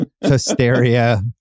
hysteria